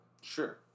Sure